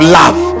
love